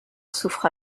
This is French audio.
souffre